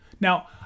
now